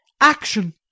action